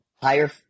higher